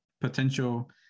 potential